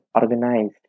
organized